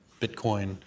Bitcoin